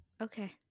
Okay